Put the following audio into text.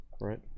right